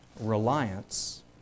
reliance